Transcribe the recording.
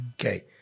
Okay